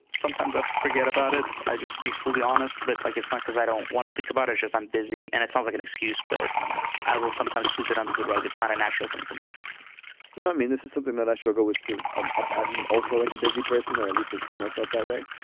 sometimes i forget about it. i just to be fully honest. but like, it's not because i don't want to think about it because i'm busy. and it sounds like an excuse, but i will sometimes sweep it under the rug. it's not a natural thing for me no, i mean, this is something that i struggle with, too. i'm ah i'm also like a busy person, or at least they see myself that way.